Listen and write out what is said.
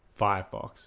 Firefox